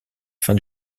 fin